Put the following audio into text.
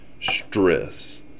stress